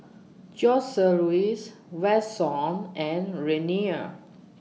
Joseluis Vashon and Renea